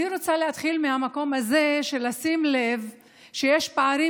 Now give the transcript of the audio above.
אני רוצה להתחיל מהמקום הזה של לשים לב שיש פערים